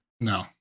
no